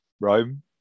Rome